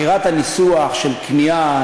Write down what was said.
בחירת הניסוח של כניעה,